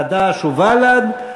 חד"ש ובל"ד,